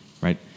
Right